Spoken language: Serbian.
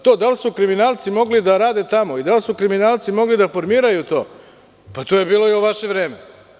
To da li su kriminalci mogli da rade tamo i da li su kriminalci mogli da formiraju to, to je bilo i u vaše vreme.